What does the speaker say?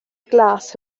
glas